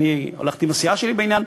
אני הלכתי עם הסיעה שלי בעניין.